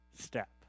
step